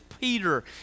Peter